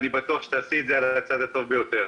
אני בטוח שתעשי זאת על הצד הטוב ביותר.